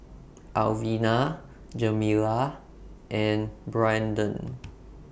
Alvina Jamila and Brandon